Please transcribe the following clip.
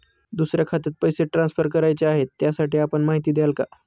दुसऱ्या खात्यात पैसे ट्रान्सफर करायचे आहेत, त्यासाठी आपण माहिती द्याल का?